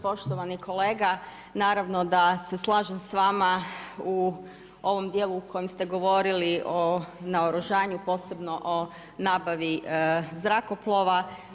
Poštovani kolega, naravno da se slažem s vama u ovom djelu u kojem ste govorili o naoružanju, posebno o nabavi zrakoplova.